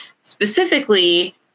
Specifically